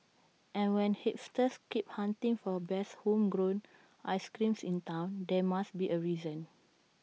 and when hipsters keep hunting for best homegrown ice creams in Town there must be A reason